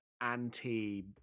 anti